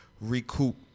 recoup